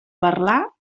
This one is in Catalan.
parlar